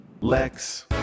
Lex